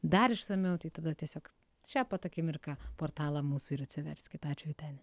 dar išsamiau tai tada tiesiog šią pat akimirką portalą mūsų ir atsiverskit ačiū vyteni